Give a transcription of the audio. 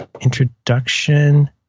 introduction